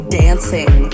dancing